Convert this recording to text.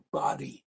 body